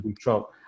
trump